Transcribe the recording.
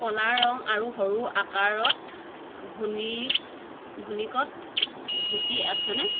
ক'লা ৰঙ আৰু সৰু আকাৰত ভুনি ভুনিকত ধুতি আছেনে